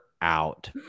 out